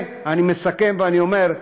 אני מסכם ואומר,